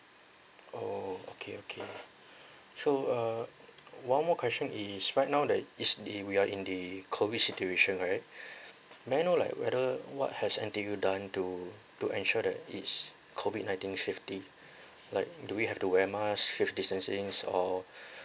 orh okay okay so uh one more question is right now that is the we are in the COVID situation right may I know like whether what has N_T_U done to to ensure that it's COVID nineteen safety like do we have to wear mask safe distancing us or